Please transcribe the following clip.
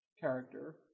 character